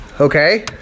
Okay